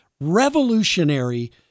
revolutionary